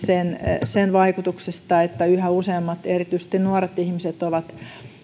sen sen vaikutuksesta että yhä useammat erityisesti nuoret ihmiset ovat